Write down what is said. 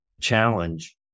challenge